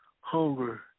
hunger